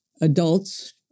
adults